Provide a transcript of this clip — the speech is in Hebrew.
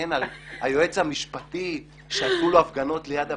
להגן על היועץ המשפטי כשעשו לו הפגנות ליד הבית?